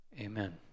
Amen